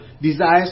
desires